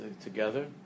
together